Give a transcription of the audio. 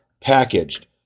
packaged